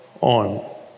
on